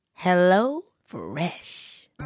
HelloFresh